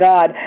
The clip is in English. God